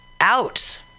out